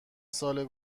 سال